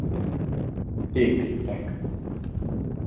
ٹھیک ٹھیک thank you